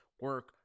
Work